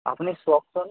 আপুনি চাওকচোন